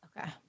Okay